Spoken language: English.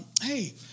hey